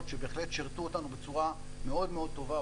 שבהחלט שירתו אותנו בצורה מאוד מאוד טובה,